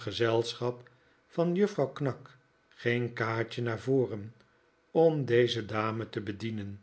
gezelschap van juffrouw knag ging kaatje naar voren om deze dame te bedienen